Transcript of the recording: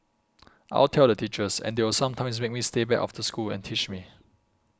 I'll tell the teachers and they will sometimes make me stay back after school and teach me